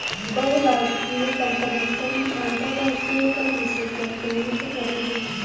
बहुराष्ट्रीय कंपनी सन अंतरराष्ट्रीय कर विशेषज्ञ के नियुक्त करेली